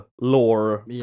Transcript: lore